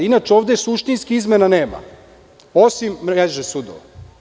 Inače, ovde suštinski izmena nema, osim mreže sudova.